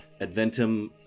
Adventum